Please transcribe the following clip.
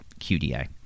QDA